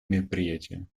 мероприятия